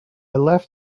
left